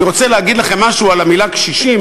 אני רוצה להגיד לכם משהו על המילה קשישים,